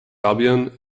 albion